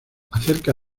acerca